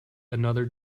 another